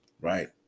right